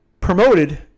promoted